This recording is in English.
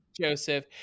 Joseph